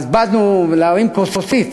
באנו להרים כוסית.